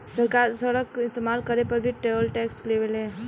सरकार सड़क के इस्तमाल करे पर भी टोल टैक्स लेवे ले